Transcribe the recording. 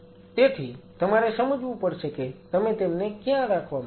તેથી તમારે સમજવું પડશે કે તમે તેમને ક્યાં રાખવા માંગો છો